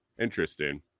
interesting